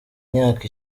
myaka